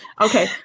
Okay